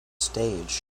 stage